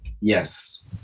Yes